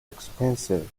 expensive